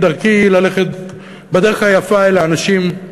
דרכי ללכת בדרך היפה אל אנשים,